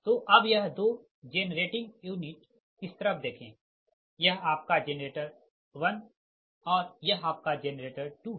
तोअब यह दो जेन रेटिंग यूनिट इस तरफ देखें यह आपका जेनरेटर 1 और यह आपका जेनरेटर 2 है